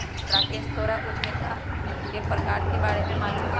राकेश तोहरा उधमिता के प्रकार के बारे में मालूम हउ